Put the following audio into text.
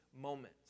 moments